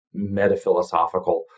metaphilosophical